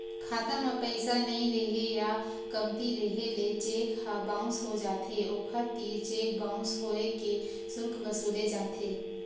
खाता म पइसा नइ रेहे या कमती रेहे ले चेक ह बाउंस हो जाथे, ओखर तीर चेक बाउंस होए के सुल्क वसूले जाथे